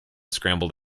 scrambled